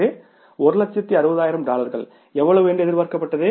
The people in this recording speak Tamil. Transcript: இது 160000 டாலர்கள் எவ்வளவு என்று எதிர்பார்க்கப்பட்டது